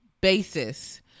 basis